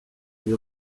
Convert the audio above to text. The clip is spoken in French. lui